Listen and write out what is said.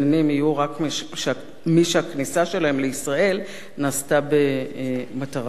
רק מי שהכניסה שלהם לישראל נעשתה במטרה לפגוע